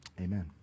Amen